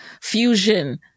fusion